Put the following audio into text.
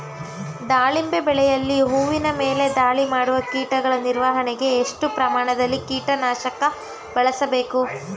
ದಾಳಿಂಬೆ ಬೆಳೆಯಲ್ಲಿ ಹೂವಿನ ಮೇಲೆ ದಾಳಿ ಮಾಡುವ ಕೀಟಗಳ ನಿರ್ವಹಣೆಗೆ, ಎಷ್ಟು ಪ್ರಮಾಣದಲ್ಲಿ ಕೀಟ ನಾಶಕ ಬಳಸಬೇಕು?